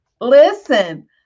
Listen